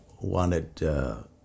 wanted